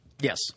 Yes